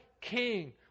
King